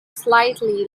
slightly